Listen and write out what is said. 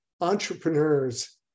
entrepreneurs